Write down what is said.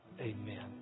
Amen